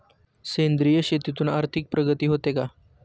सेंद्रिय शेतीतून आर्थिक प्रगती होते का?